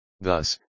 Thus